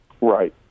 Right